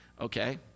Okay